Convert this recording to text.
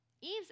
Eve's